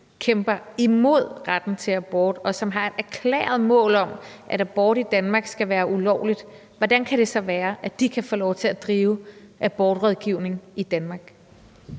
kæmper imod retten til abort, og som har et erklæret mål om, at abort i Danmark skal være ulovligt, kan få lov til at drive abortrådgivning i Danmark?